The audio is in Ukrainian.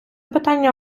питання